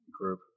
group